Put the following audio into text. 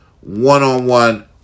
one-on-one